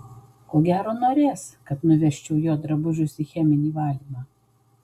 ko gero norės kad nuvežčiau jo drabužius į cheminį valymą